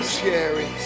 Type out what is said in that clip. scary